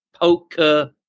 poker